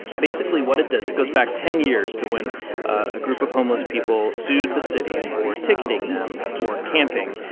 basically, what it does it goes back ten years to when a group of homeless people sued the city for ticketing them for camping,